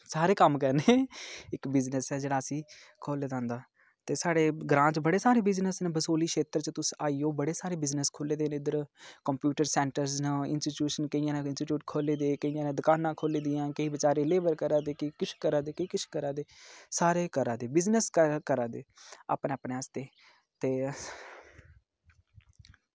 सारे कम्म करने इक बिज़नेस ऐ जेह्ड़ा असें ई खो'ल्ले दा होंदा ते साढ़े ग्रांऽ च बड़े सारे बिज़नेस न बसोह्ली क्षेत्र च ते तुस आई जाओ बड़े सारे बिज़नेस खो'ल्ले दे इद्धर कंप्यूटर सैंटर्स न इंस्टीट्यूट्स केइयें इंस्ट्यूट खोल्ले दे केइयें दकानां खोल्ली दियां केईं बेचारे लेबर करा दे केईं किश करा दे केईं किश करा दे सारे करा दे बिज़नेस करा दे अपने अपने आस्तै ते